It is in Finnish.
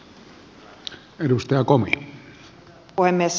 arvoisa puhemies